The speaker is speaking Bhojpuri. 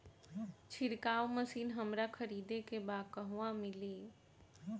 छिरकाव मशिन हमरा खरीदे के बा कहवा मिली?